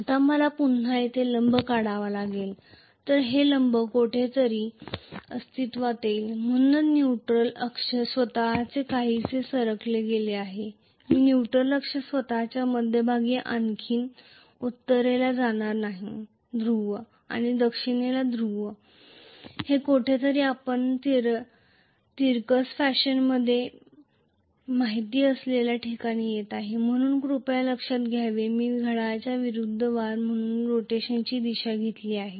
आता मला पुन्हा येथे लंब काढावा लागेल तर हे लंब येथे कोठेतरी अस्तित्वात येईल म्हणून न्यूट्रॅल अक्ष स्वतःच काहीसे सरकले गेले आहे मी न्यूट्रॅल अक्ष स्वतःच्या मध्यभागी आणखीन उत्तरेला जाणणार नाही ध्रुव आणि दक्षिण ध्रुव हे कोठेतरी आपणास तिरकस फॅशनमध्ये माहित असलेल्या ठिकाणी येत आहे म्हणून कृपया लक्षात ठेवा मी घड्याळाच्या विरूद्ध रोटेशनची दिशा घेतली आहे